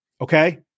okay